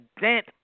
dent